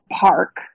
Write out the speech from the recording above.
park